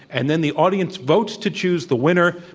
and then the audience votes to choose the winner,